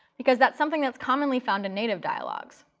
because that's something that's commonly found in native dialogs.